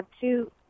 two